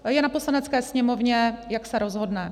A je na Poslanecké sněmovně, jak se rozhodne.